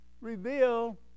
reveal